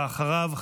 ואחריו,